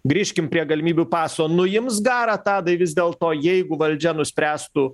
grįžkim prie galimybių paso nuims garą tadai vis dėlto jeigu valdžia nuspręstų